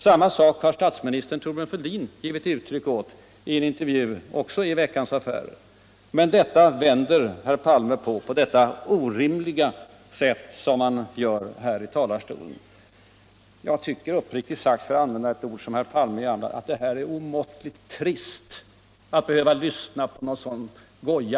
Även statsminister Fälldin har givit uttryck för detta i en intervju i Veckans Affärer. Men detta vänder herr Palme på på det orimliga sätt som han nyss gjorde. Jag tycker uppriktigt sagt, för att tillgripa det uttryck som herr Palme brukar använda, att det är omåttligt trist att behöva lyssna på sådan gOoja.